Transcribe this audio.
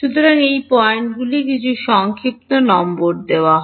সুতরাং এই পয়েন্টগুলি কিছু সংক্ষিপ্ত নম্বর দেওয়া হয়